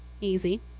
Easy